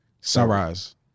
Sunrise